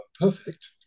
perfect